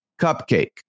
Cupcake